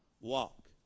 walk